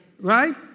Right